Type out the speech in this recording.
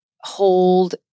hold